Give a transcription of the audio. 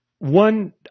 One